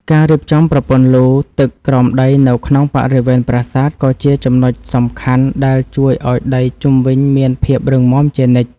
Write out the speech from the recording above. ការរៀបចំប្រព័ន្ធលូទឹកក្រោមដីនៅក្នុងបរិវេណប្រាសាទក៏ជាចំណុចសំខាន់ដែលជួយឱ្យដីជុំវិញមានភាពរឹងមាំជានិច្ច។